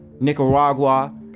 nicaragua